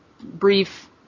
brief